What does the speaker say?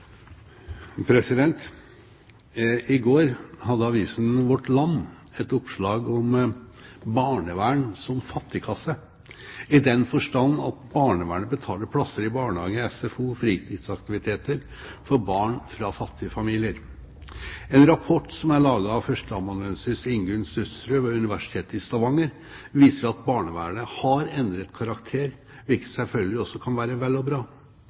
I går hadde avisen Vårt Land et oppslag om barnevern som fattigkasse, i den forstand at barnevernet betaler plasser i barnehage, SFO og fritidsaktiviteter for barn fra fattige familier. En rapport som er laget av førsteamanuensis Ingunn Studsrød ved Universitetet i Stavanger viser at barnevernet har endret karakter, hvilket selvfølgelig også kan være vel og bra.